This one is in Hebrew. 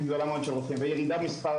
שזה מספר גדול מאוד של רופאים וירידה במספר